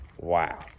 wow